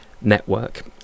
network